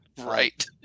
Right